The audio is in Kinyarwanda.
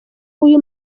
uyu